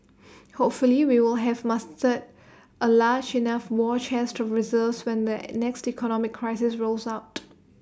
hopefully we will have mustered A large enough war chest to reserves when the next economic crisis rolls out